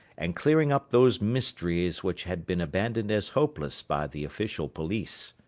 and clearing up those mysteries which had been abandoned as hopeless by the official police.